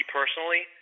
personally